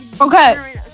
Okay